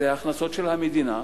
הכנסות של המדינה,